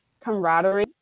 camaraderie